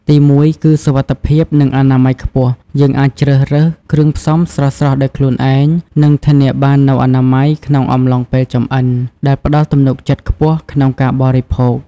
ទីមួយ គឺ សុវត្ថិភាព និងអនាម័យខ្ពស់ យើងអាចជ្រើសរើសគ្រឿងផ្សំស្រស់ៗដោយខ្លួនឯង និងធានាបាននូវអនាម័យក្នុងអំឡុងពេលចម្អិន ដែលផ្តល់ទំនុកចិត្តខ្ពស់ក្នុងការបរិភោគ។